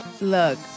Look